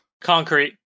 Concrete